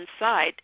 inside